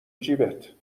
جیبت